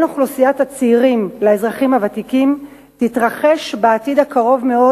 אוכלוסיית הצעירים לאזרחים הוותיקים תתרחש בעתיד הקרוב מאוד,